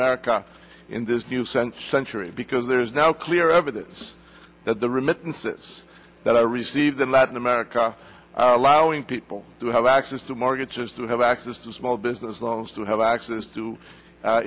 america in this new scent century because there's now clear evidence that the remittances that i received in latin america are allowing people to have access to mortgages to have access to small business loans to have access to